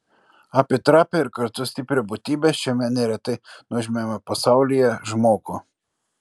apie trapią ir kartu stiprią būtybę šiame neretai nuožmiame pasaulyje žmogų